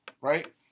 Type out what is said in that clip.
right